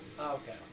Okay